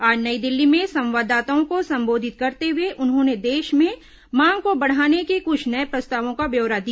आज नई दिल्ली में संवाददाताओं को संबोधित करते हुए उन्होंने देश में मांग को बढाने के कुछ नये प्रस्तावों का ब्यौरा दिया